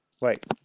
wait